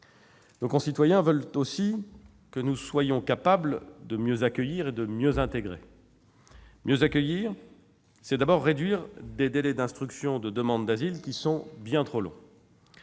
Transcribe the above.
Nos concitoyens veulent aussi que nous soyons capables de mieux accueillir et de mieux intégrer. Mieux accueillir, c'est d'abord réduire des délais d'instruction des demandes d'asile qui sont bien trop longs.